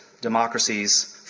democracies